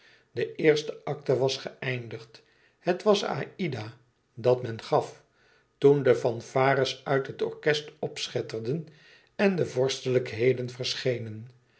de eerste acte was geëindigd het was aïda dat men gaf toen de fanfares uit het orkest opschetterden en de vorstelijkheden verschenen